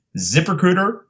ZipRecruiter